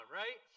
right